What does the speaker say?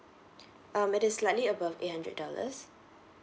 um it is slightly above eight hundred dollars